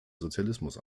sozialismus